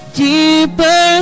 deeper